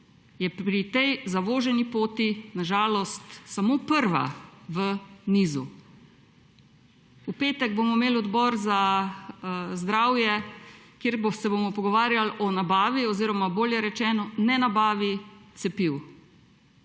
je pri tej zavoženi poti na žalost samo prva v nizu. V petek bomo imeli odbor za zdravstvo, kjer se bomo pogovarjali o nabavi oziroma bolje rečeno o nenabavi cepiv.